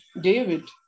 David